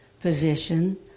position